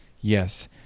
yes